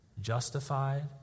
justified